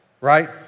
right